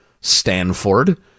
Stanford